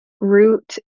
root